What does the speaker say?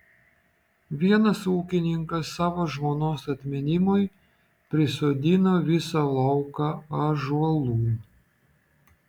vienas ūkininkas savo žmonos atminimui prisodino visą lauką ąžuolų